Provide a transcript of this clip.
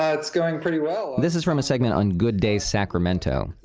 ah it's going pretty well. this is from a segment on good day, sacramento.